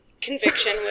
Conviction